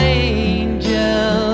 angel